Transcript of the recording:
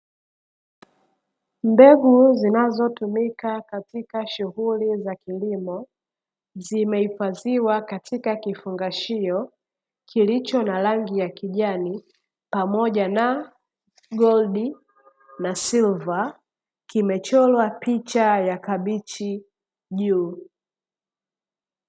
Mbegu zinazotumika katika shughuli za kilimo, zimehifadhiwa katika kifungashio kilicho na rangi ya kijani, pamoja na, goldi na silva. Kimechorwa picha ya kabichi juu.